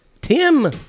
Tim